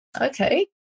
okay